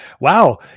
wow